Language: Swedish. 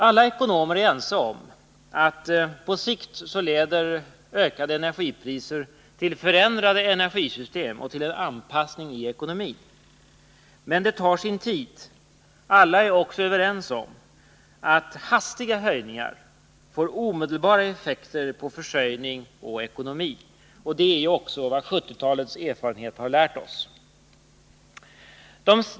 Alla ekonomer är ense om att på sikt leder ökade energipriser till förändrade energisystem och till en anpassning av ekonomin. Men det tar sin tid. Alla är också överens om att hastiga höjningar får omedelbara effekter på försörjning och ekonomi, och det är också vad 1970-talets erfarenhet har lärt oss.